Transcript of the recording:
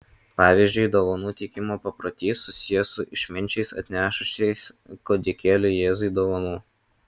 pavyzdžiui dovanų teikimo paprotys susijęs su išminčiais atnešusiais kūdikėliui jėzui dovanų